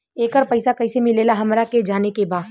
येकर पैसा कैसे मिलेला हमरा के जाने के बा?